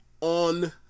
on